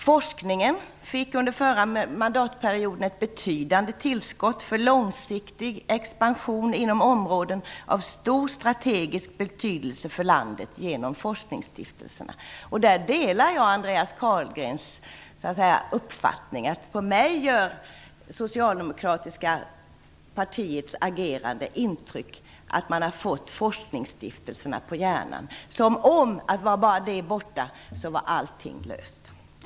Forskningen fick under den förra mandatperioden ett betydande tillskott för långsiktig expansion inom områden av stor strategisk betydelse för landet genom forskningsstiftelserna. Där delar jag Andreas Carlgrens uppfattning. På mig gör det socialdemokratiska partiets agerande intryck av att man har fått forskningsstiftelserna på hjärnan. Det verkar som om bara de var borta var allting löst.